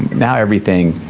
now everything,